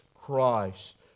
Christ